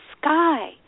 sky